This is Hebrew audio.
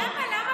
לכן, מה עשינו?